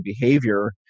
behavior